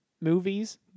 movies